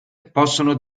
possono